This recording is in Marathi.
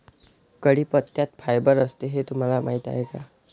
कढीपत्त्यात फायबर असते हे तुम्हाला माहीत आहे का?